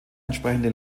entsprechende